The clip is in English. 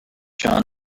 john